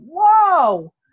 Whoa